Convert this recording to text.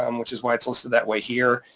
um which is why it's posted that way here.